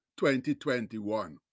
2021